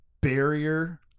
barrier